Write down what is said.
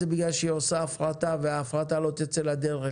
זה בגלל שהיא עושה הפרטה וההפרטה לא תצא לדרך